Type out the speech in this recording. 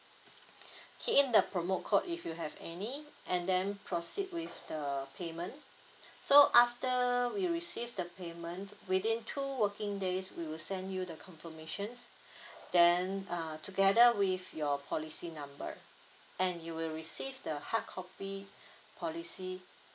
key in the promo code if you have any and then proceed with the payment so after we receive the payment within two working days we will send you the confirmations then err together with your policy number and you will receive the hardcopy policy